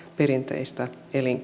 perinteistä elinkeinoaan